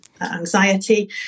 anxiety